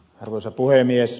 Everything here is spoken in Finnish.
arvoisa puhemies